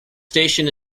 station